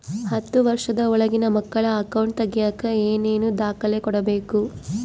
ಹತ್ತುವಷ೯ದ ಒಳಗಿನ ಮಕ್ಕಳ ಅಕೌಂಟ್ ತಗಿಯಾಕ ಏನೇನು ದಾಖಲೆ ಕೊಡಬೇಕು?